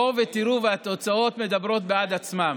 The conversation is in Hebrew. בואו ותראו, והתוצאות מדברות בעד עצמן: